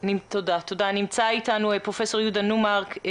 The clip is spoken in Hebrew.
נמצא אתנו פרופסור יהודה ניומרק.